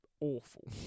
awful